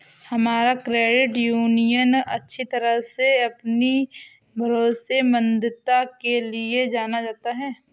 हमारा credit union अच्छी तरह से अपनी भरोसेमंदता के लिए जाना जाता है